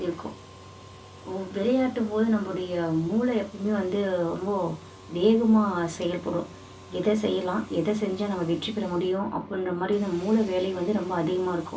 இருக்கும் விளையாடும் போது நம்முடைய மூளை எப்பயுமே வந்து ரொம்ப வேகமாக செயல்படும் எதை செய்யலாம் எதை செஞ்சால் நம்ம வெற்றி பெற முடியும் அப்படின்ற மாதிரி நம்ம மூளை வேலை வந்து ரொம்ப அதிகமாக இருக்கும்